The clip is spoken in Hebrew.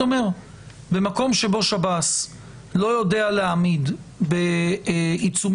במקום שבו שב"ס לא יודע להעמיד בעיצומו